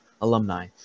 alumni